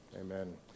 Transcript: Amen